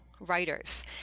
writers